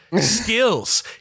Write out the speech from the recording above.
skills